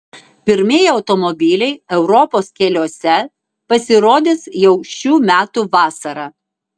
pirmieji automobiliai europos keliuose pasirodys jau šių metų vasarą